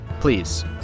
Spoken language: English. please